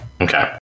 Okay